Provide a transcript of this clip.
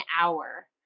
hour